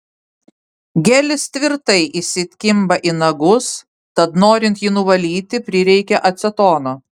gelis tvirtai įsikimba į nagus tad norint jį nuvalyti prireikia acetono